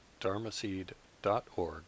dharmaseed.org